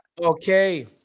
Okay